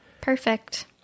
perfect